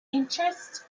interest